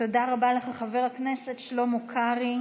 תודה רבה לך, חבר הכנסת שלמה קרעי.